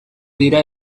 dira